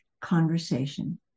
conversation